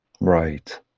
Right